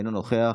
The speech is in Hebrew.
אינו נוכח,